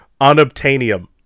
Unobtainium